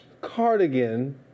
cardigan